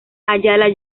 ayala